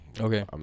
Okay